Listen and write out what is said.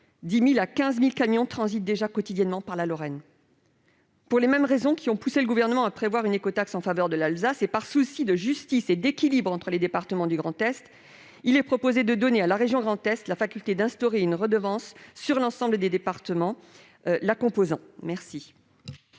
10 000 à 15 000 camions transitent quotidiennement par la Lorraine. Pour les mêmes raisons qui ont poussé le Gouvernement à prévoir une écotaxe en faveur de l'Alsace, et par souci de justice et d'équilibre entre les départements du Grand Est, il est proposé de donner à la région Grand Est la faculté d'instaurer une redevance sur l'ensemble des départements la composant. La